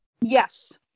Yes